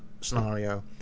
scenario